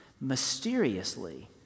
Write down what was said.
Mysteriously